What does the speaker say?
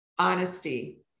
Honesty